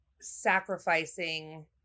sacrificing